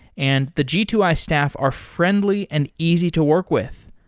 and the g two i staff are friendly and easy to work with.